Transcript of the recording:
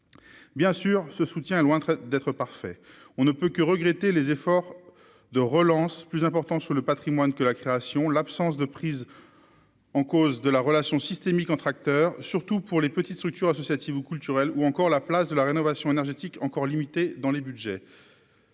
bien sûr, ce soutien est loin d'être parfait, on ne peut que regretter les efforts de relance plus important sur le Patrimoine que la création, l'absence de prise en cause de la relation systémique entre acteurs, surtout pour les petites structures associatives ou culturelles ou encore la place de la rénovation énergétique encore limitée dans les Budgets